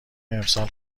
امسال